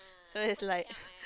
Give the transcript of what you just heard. so is like